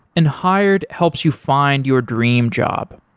and hired helps you find your dream job.